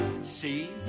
see